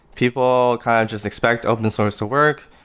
people kind of just expect open source to work.